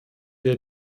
der